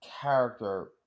character